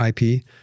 IP